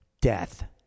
Death